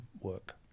work